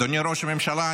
אדוני ראש הממשלה,